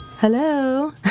Hello